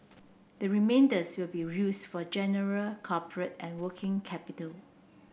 the remainders will be used for general corporate and working capital